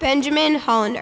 benjamin holland